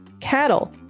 Cattle